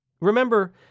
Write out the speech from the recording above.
Remember